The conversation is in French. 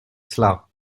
cela